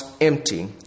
empty